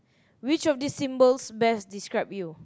which of these symbols best describe you